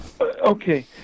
Okay